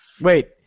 Wait